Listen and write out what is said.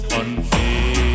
unfair